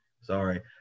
Sorry